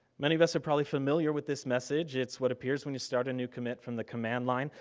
many of us are probably familiar with this message. it's what appears when you start a new commit from the command line,